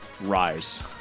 rise